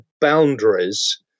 boundaries